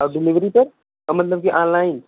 और डिलेवरी तक हाँ मतलब के आनलाइन